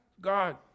God